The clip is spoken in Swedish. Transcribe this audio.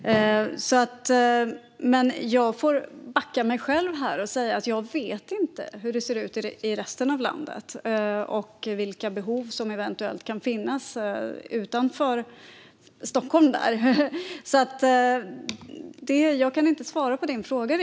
Men jag måste säga att jag inte vet hur det ser ut i resten av landet och vilka behov som eventuellt kan finnas utanför Stockholm. Jag kan inte riktigt svara på din fråga.